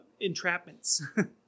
entrapments